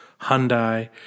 Hyundai